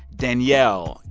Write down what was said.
danielle,